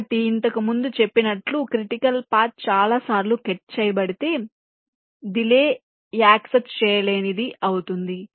కాబట్టి నేను ఇంతకుముందు చెప్పినట్లుగా క్రిటికల్ పాత్ చాలాసార్లు కట్ చేయబడితే డిలే యాక్సప్ట్ చేయలేనిది అవుతుంది